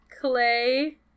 clay